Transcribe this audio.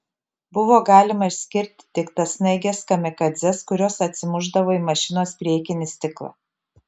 buvo galima išskirti tik tas snaiges kamikadzes kurios atsimušdavo į mašinos priekinį stiklą